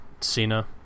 Cena